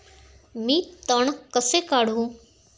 मी तण कसे काढू?